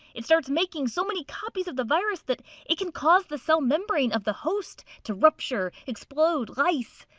it starts making so many copies of the virus that it can cause the cell membrane of the host to rupture, explode, lyse!